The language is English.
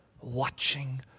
watching